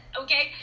okay